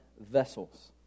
vessels